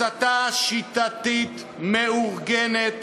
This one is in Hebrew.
הסתה שיטתית, מאורגנת,